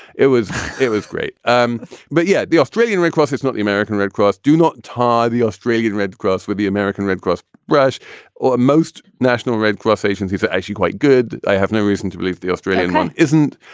it was it was great. um but, yeah. the australian red cross, it's not the american red cross. do not tie the australian red cross with the american red cross brush or most national red cross agencies are actually quite good. i have no reason to believe the australian one isn't.